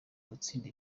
gutsinda